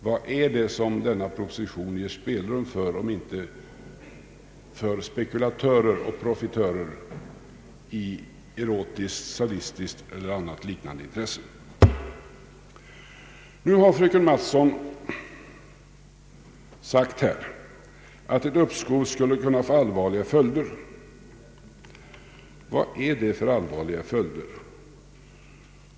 Vad är det som denna proposition ger spelrum för om inte för spekulatörer och profitörer i erotiskt, sadistiskt eller annat liknande intresse? Nu har fröken Mattson sagt att ett uppskov skulle kunna få allvarliga följder. Vilka allvarliga följder?